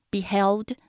Beheld